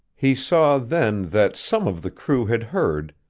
he saw, then, that some of the crew had heard,